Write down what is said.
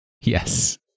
Yes